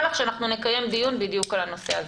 לך שאנחנו נקיים דיון בדיוק על הנושא הזה.